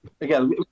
again